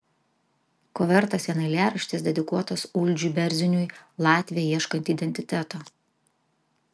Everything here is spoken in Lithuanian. ko vertas vien eilėraštis dedikuotas uldžiui berziniui latvė ieškanti identiteto